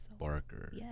Barker